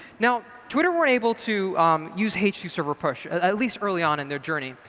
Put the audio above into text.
now, twitter weren't able to use h two server push, at least early on in their journey.